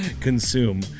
Consume